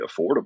affordable